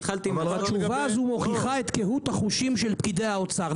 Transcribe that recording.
התשובה הזו מוכיחה את קהות החושים של פקידי האוצר,